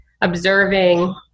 observing